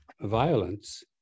violence